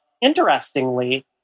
interestingly